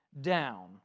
down